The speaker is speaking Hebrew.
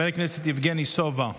חבר הכנסת יבגני סובה,